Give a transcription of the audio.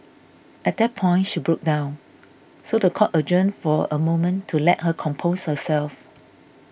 at that point she broke down so the court adjourned for a moment to let her compose her selves